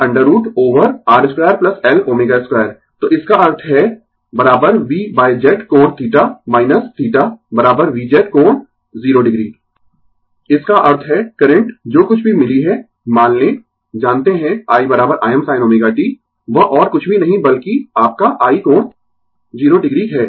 Z √ over R 2 L ω2 तो इसका अर्थ है V Z कोण θ θ V Z कोण 0o इसका अर्थ है करंट जो कुछ भी मिली है मान लें जानते है i Imsin ω t वह और कुछ भी नहीं बल्कि आपका i कोण 0o है